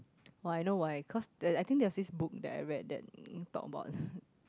oh I know why cause there I think there was this book that I read that talk about